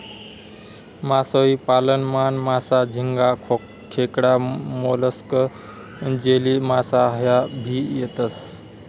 मासोई पालन मान, मासा, झिंगा, खेकडा, मोलस्क, जेलीमासा ह्या भी येतेस